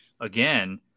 again